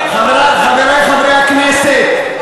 חברי חברי הכנסת,